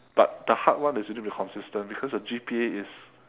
but the hard one is you need to be consistent because your G_P_A is